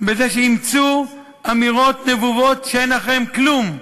בזה שאימצו אמירות נבובות שאין מאחוריהן כלום,